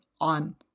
on